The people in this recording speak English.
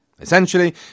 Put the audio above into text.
Essentially